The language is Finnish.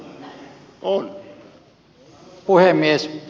arvoisa puhemies